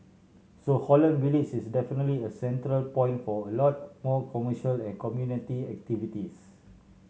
so Holland Village is definitely a central point for a lot more commercial and community activities